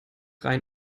rein